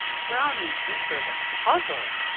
brownie beaver was puzzled.